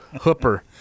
Hooper